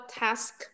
task